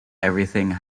everything